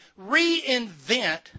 reinvent